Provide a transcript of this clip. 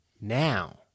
now